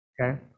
okay